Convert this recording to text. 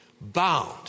bound